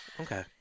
Okay